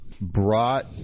brought